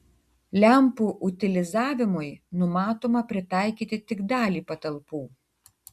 lempų utilizavimui numatoma pritaikyti tik dalį patalpų